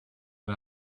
and